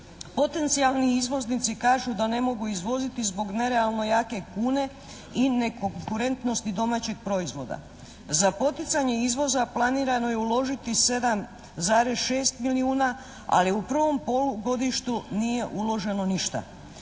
Potencijalni izvoznici kažu da ne mogu izvoziti zbog nerealno jake kune i nekonkurentnosti domaćeg proizvoda. Za poticanje izvoza planirano je uložiti 7,6 milijuna, ali u prvom polugodištu nije uloženo ništa.